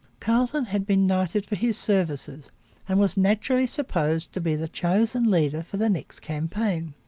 carleton had been knighted for his services and was naturally supposed to be the chosen leader for the next campaign.